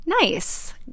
nice